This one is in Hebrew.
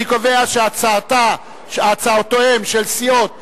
אני קובע שהצעתן של סיעות חד"ש,